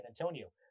Antonio